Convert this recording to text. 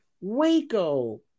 Waco